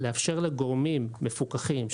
לאפשר לגורמים מפוקחים,